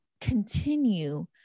continue